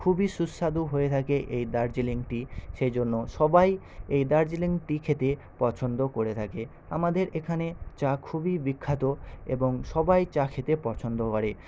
খুবই সুস্বাদু হয়ে থাকে এই দার্জিলিং টি সেইজন্য সবাই এই দার্জিলিং টি খেতে পছন্দ করে থাকে আমাদের এখানে চা খুবই বিখ্যাত এবং সবাই চা খেতে পছন্দ করে